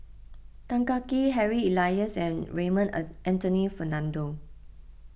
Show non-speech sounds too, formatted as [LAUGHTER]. Tan Kah Kee Harry Elias and Raymond [HESITATION] Anthony Fernando